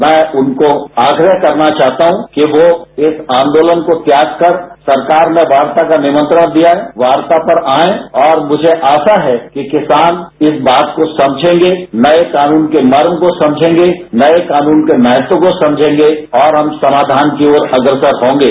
मैं उनको आग्रह करना चाहता हूं कि वो इस आंदोलन को त्यागकर सरकार में वार्ता का निमंत्रण दिया है वार्ता पर आएं और मुझे आशा है कि किसान इस बात को समझेंगे नए कानून के मर्म को समझेंगे नए कानून के महत्व को समझेंगे और हम समाधान की अग्रसर होंगे